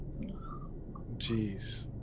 Jeez